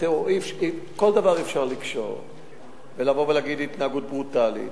כל דבר אפשר לקשור ולבוא ולהגיד: התנהגות ברוטלית.